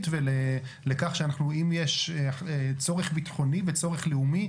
ולכך שאם יש צורך ביטחוני וצורך לאומי,